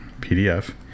PDF